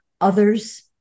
Others